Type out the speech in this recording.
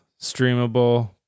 streamable